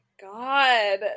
god